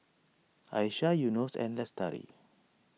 Aisyah Yunos and Lestari